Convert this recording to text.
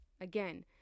again